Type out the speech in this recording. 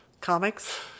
comics